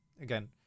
again